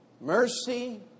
Mercy